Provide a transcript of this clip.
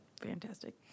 fantastic